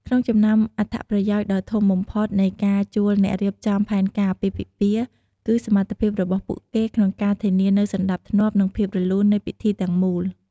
ក្នុងចំណោមអត្ថប្រយោជន៍ដ៏ធំបំផុតនៃការជួលអ្នករៀបចំផែនការអាពាហ៍ពិពាហ៍ គឺសមត្ថភាពរបស់ពួកគេក្នុងការធានានូវសណ្ដាប់ធ្នាប់ និងភាពរលូននៃពិធីទាំងមូល។